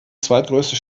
zweitgrößte